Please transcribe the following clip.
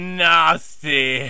nasty